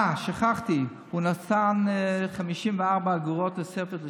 אה, שכחתי, הוא נתן 54 אגורות תוספת לשעה.